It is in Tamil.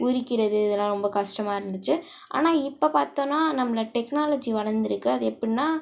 உரிக்கிறது இதெலாம் ரொம்ப கஷ்டமாக இருந்துச்சு ஆனால் இப்போ பார்த்தோனா நம்ம டெக்னாலஜி வளர்ந்துருக்கு எப்புடிட்னா